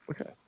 Okay